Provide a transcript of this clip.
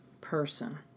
person